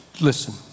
listen